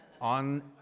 on